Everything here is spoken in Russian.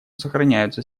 сохраняются